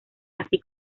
así